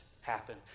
happen